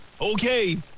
okay